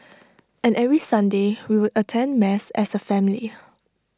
and every Sunday we would attend mass as A family